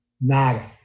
Nada